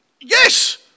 Yes